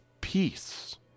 peace